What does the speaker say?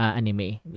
anime